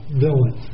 villain